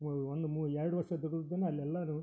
ಒ ಒಂದು ಮೂರು ಎರಡು ವರ್ಷದ ದುಡಿದದ್ದನ್ನ ಅಲ್ಲಿ ಎಲ್ಲರೂ